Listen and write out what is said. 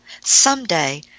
someday